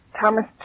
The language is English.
Thomas